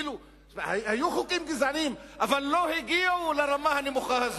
היו חוקים גזעניים, אבל לא הגיעו לרמה הנמוכה הזו.